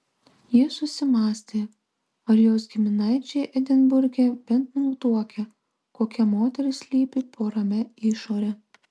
jis susimąstė ar jos giminaičiai edinburge bent nutuokia kokia moteris slypi po ramia išore